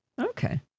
okay